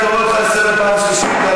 אני קורא אותך לסדר פעם שלישית.